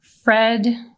Fred